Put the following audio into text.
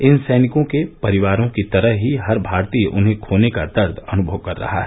इन सैनिकों के परिवारों की तरह ही हर भारतीय उन्हें खोने का दर्द का अनुभव कर रहा है